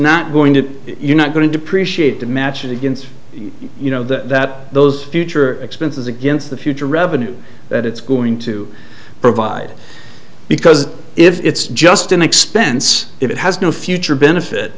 not going to you're not going to depreciate to match it against you know that those future expenses against the future revenues that it's going to provide because if it's just an expense it has no future benefit